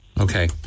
Okay